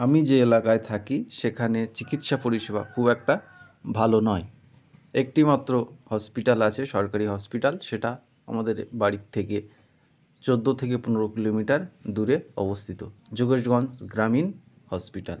আমি যে এলাকায় থাকি সেখানে চিকিৎসা পরিষেবা খুব একটা ভালো নয় একটিমাত্র হসপিটাল আছে সরকারি হসপিটাল সেটা আমাদের বাড়ির থেকে চোদ্দ থেকে পনেরো কিলোমিটার দূরে অবস্থিত যোগেশগঞ্জ গ্রামীণ হসপিটাল